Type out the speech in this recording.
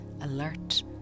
alert